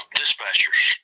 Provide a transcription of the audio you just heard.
dispatchers